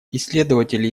исследователи